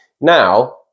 now